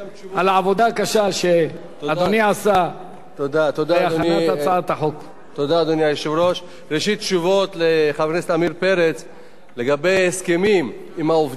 הצעת חוק הרשות הארצית לכבאות והצלה,